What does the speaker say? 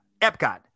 Epcot